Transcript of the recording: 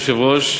אדוני היושב-ראש,